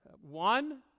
One